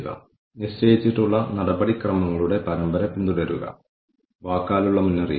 അതിനാൽ ഈ നിരവധി അപകടങ്ങൾ അപകടങ്ങളുടെ നിരക്കിന് സ്വീകാര്യമായ മാനദണ്ഡമായിരിക്കും